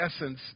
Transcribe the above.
essence